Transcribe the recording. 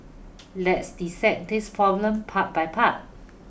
let's dissect this problem part by part